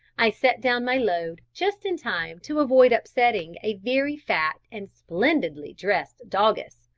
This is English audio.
i set down my load just in time to avoid upsetting a very fat and splendidly dressed doggess,